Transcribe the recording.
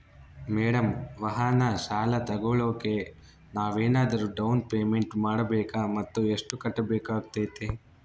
Madam ವಾಹನ ಸಾಲ ತೋಗೊಳೋಕೆ ನಾವೇನಾದರೂ ಡೌನ್ ಪೇಮೆಂಟ್ ಮಾಡಬೇಕಾ ಮತ್ತು ಎಷ್ಟು ಕಟ್ಬೇಕಾಗ್ತೈತೆ?